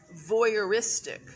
voyeuristic